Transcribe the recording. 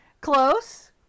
Close